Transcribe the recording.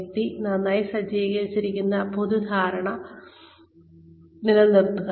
വ്യക്തി തനിക്കായി സജ്ജീകരിച്ചിരിക്കുന്ന പൊതു ധാരണ നിലനിർത്തുക